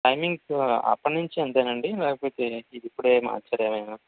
timings అప్పటి నుంచి అంతేనా అండి లేకపోతే ఇప్పుడే మార్చారా ఏమైనా